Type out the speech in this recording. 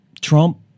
trump